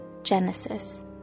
Genesis